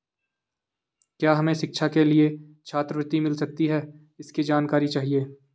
क्या हमें शिक्षा के लिए छात्रवृत्ति मिल सकती है इसकी जानकारी चाहिए?